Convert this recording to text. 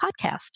Podcast